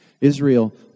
Israel